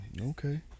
okay